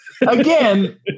Again